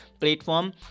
platform